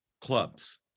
clubs